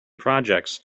projects